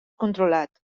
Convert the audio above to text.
controlat